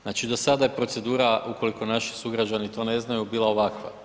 Znači do sada je procedura ukoliko naši sugrađani to ne znaju bila ovakva.